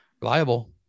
Reliable